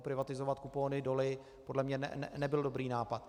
Privatizovat kupony doly podle mě nebyl dobrý nápad.